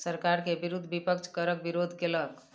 सरकार के विरुद्ध विपक्ष करक विरोध केलक